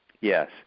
Yes